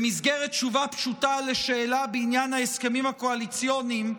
במסגרת תשובה פשוטה על שאלה בעניין ההסכמים הקואליציוניים,